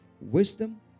wisdom